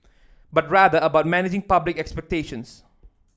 but rather about managing public expectations